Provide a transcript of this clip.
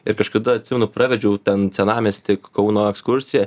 ir kažkada atsimenu pravedžiau ten senamiesty kauno ekskursiją